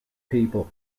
people